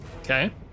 Okay